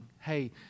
Hey